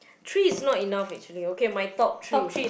three is not enough actually okay my top three